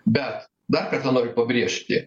bet dar kartą noriu pabrėžti